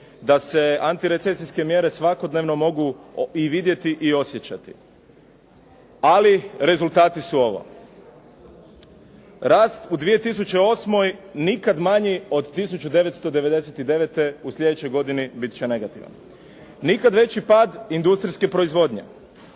da se antirecesijske mjere svakodnevno mogu i vidjeti i osjećati, ali rezultati su ovo. Rast u 2008. nikad manji od 1999., u sljedećoj godini biti će negativan. Nikad veći pad industrijske proizvodnje.